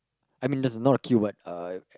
I mean there's not a queue but uh